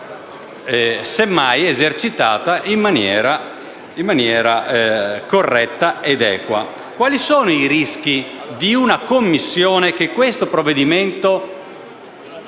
Quali sono i rischi di una commissione che questo provvedimento